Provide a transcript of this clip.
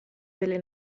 delle